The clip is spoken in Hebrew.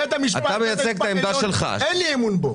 בית המשפט --- אין לי אמון בו.